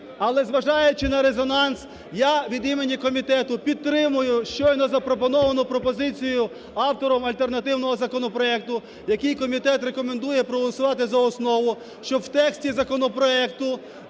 Але зважаючи на резонанс, я від імені комітету підтримую щойно запропоновану пропозицію автором альтернативного законопроекту, який комітет рекомендує проголосувати за основу. Щоб в тексті законопроекту